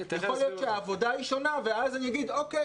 יכול להיות שהעבודה היא שונה, ואז אני אגיד אוקיי.